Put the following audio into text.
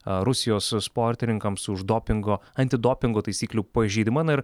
rusijos sportininkams už dopingo antidopingo taisyklių pažeidimą na ir